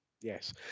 yes